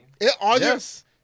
Yes